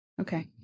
Okay